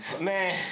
Man